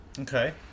Okay